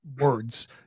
words